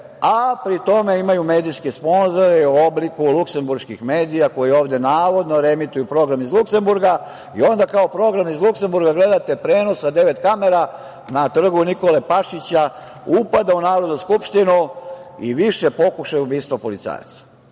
a pri tome imaju medijske sponzore u obliku luksemburških medija koje ovde navodno reemituju program iz Luksemburga i onda kao program iz Luksemburga gledate prenos sa devet kamera na Trgu Nikole Pašića upada u Narodnu skupštinu i više pokušaja ubistava policajaca. Svaki